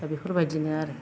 दा बेफोर बायदिनो आरो